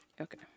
Okay